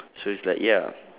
so it's like ya